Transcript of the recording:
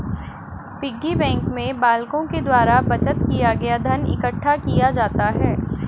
piggy bank में बालकों के द्वारा बचत किया गया धन इकट्ठा किया जाता है